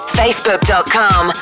facebook.com